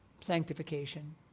sanctification